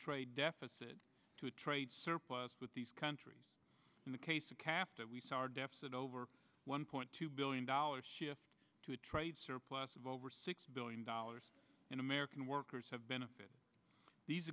trade deficit to a trade surplus with these countries in the case of cap that we saw our deficit over one point two billion dollars shift to a trade surplus of over six billion dollars in american workers have benefited these